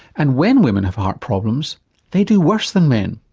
and when women have heart problems they do worse than men,